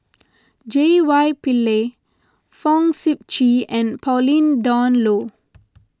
J Y Pillay Fong Sip Chee and Pauline Dawn Loh